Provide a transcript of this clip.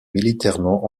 militairement